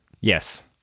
Yes